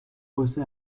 musste